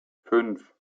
fünf